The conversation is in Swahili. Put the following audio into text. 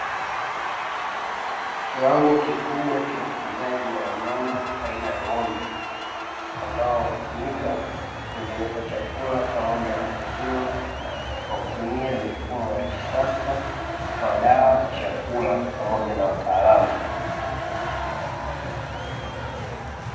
Kiwango kikubwa cha ufugaji wa wanyama aina ya ng'ombe ambao hutumika kutengeneza chakula pamoja na maziwa kwa kutumia mifumo ya kisasa, madawa, chakula, pamoja na wataalamu.